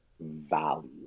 value